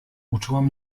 uczułam